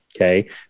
okay